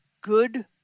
Good